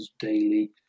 daily